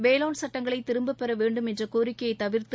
வேளாண் சுட்டங்களை திரும்பப் பெற வேண்டும் என்ற கோரிக்கையைத் தவிர்த்து